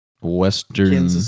Western